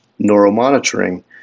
neuromonitoring